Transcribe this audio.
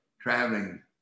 traveling